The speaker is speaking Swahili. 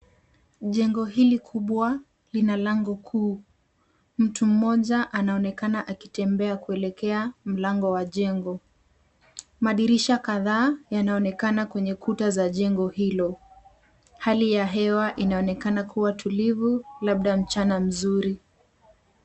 Jengo hili kubwa lina lango kuu. Mtu mmoja anaonekana akitembea kuelekea mlango wa jengo. Madirisha kadhaa yanaonekana kwenye kuta za jengo hilo. Hali ya hewa inaonekana kuwa tulivu labda mchana mzuri.